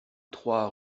trois